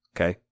Okay